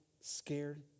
scared